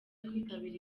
kwitabira